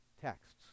texts